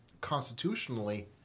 constitutionally